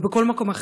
ובכל מקום אחר,